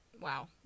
wow